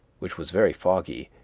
which was very foggy,